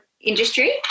industry